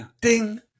ding